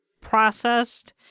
processed